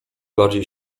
bardziej